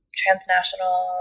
transnational